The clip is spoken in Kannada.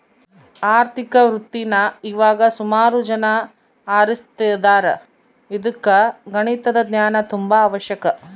ಆರ್ಥಿಕ ವೃತ್ತೀನಾ ಇವಾಗ ಸುಮಾರು ಜನ ಆರಿಸ್ತದಾರ ಇದುಕ್ಕ ಗಣಿತದ ಜ್ಞಾನ ತುಂಬಾ ಅವಶ್ಯಕ